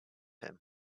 him